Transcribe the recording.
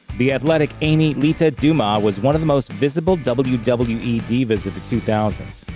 the athletic amy lita dumas was one of the most visible wwe wwe divas of the two thousand s.